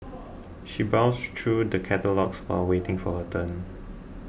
she browsed through the catalogues while waiting for her turn